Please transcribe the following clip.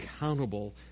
accountable